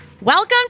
Welcome